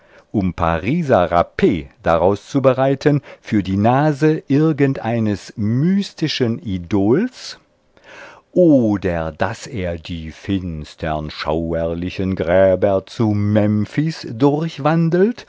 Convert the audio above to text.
um pariser rapp daraus zu bereiten für die nase irgendeines mystischen idols oder daß er die finstern schauerlichen gräber zu memphis